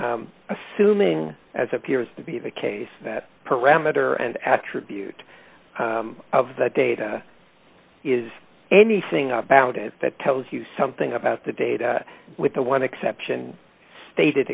assuming as appears to be the case that parameter and attribute of the data is anything about it that tells you something about the data with the one exception stated